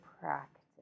practice